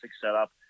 setup